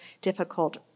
difficult